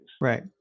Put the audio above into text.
Right